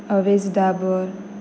Awez Darbar